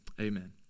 amen